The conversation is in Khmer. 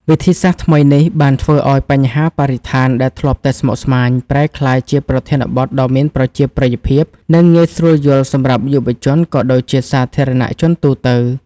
វិធីសាស្ត្រថ្មីនេះបានធ្វើឱ្យបញ្ហាបរិស្ថានដែលធ្លាប់តែស្មុគស្មាញ ប្រែក្លាយជាប្រធានបទដ៏មានប្រជាប្រិយភាព និងងាយស្រួលយល់សម្រាប់យុវជន ក៏ដូចជាសាធារណជនទូទៅ។